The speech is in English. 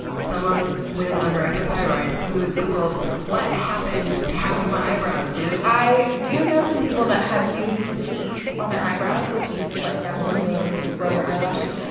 someone with an underactive thyroid who has googled what happened to half of my eyebrows, dude? i do know some people who have used latisse on their eyebrows. latisse is like that formula to regrow your eyelashes.